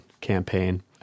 campaign